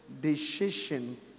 decision